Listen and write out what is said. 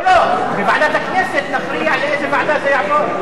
לא, בוועדת הכנסת נכריע לאיזו ועדה זה יעבור.